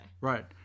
Right